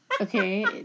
Okay